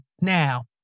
Now